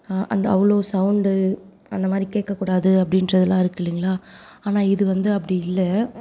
அந்த அவ்வளோ சௌண்ட்டு அந்தமாதிரி கேட்கக்கூடாது அப்படின்றதெல்லாம் இருக்குது இல்லைங்களா ஆனால் இது வந்து அப்படி இல்லை